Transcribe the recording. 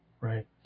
Right